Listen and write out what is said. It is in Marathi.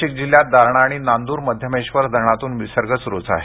नाशिक जिल्ह्यात दारणा आणि नांद्रमध्यमेश्वर धरणातून विसर्ग सुरूच आहे